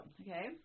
Okay